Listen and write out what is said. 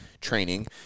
training